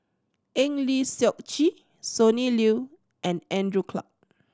Eng Lee Seok Chee Sonny Liew and Andrew Clarke